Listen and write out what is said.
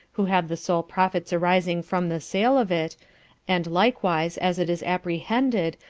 who have the sole profits arising from the sale of it and likewise as it is apprehended,